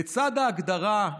לצד ההגדרה,